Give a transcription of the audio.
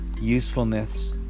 usefulness